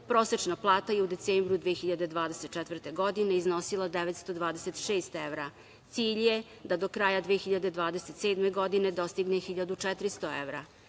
prosečna plata je u decembru 2024. godine iznosila 926 evra, cilj je da do kraja 2027. godine dostigne 1.400 evra.